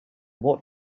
what